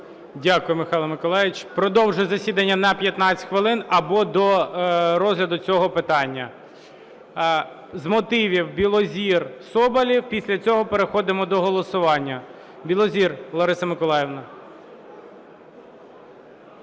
Дякую, Михайло Миколайович. Продовжую засідання на 15 хвилин або до розгляду цього питання. З мотивів – Білозір, Соболєв. Після цього переходимо до голосування. Білозір Лариса Миколаївна.